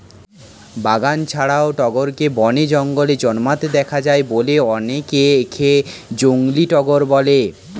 বাগান ছাড়াও টগরকে বনে, জঙ্গলে জন্মাতে দেখা যায় বলে অনেকে একে জংলী টগর বলে